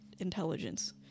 intelligence